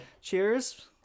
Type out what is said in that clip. Cheers